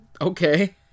Okay